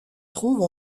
trouve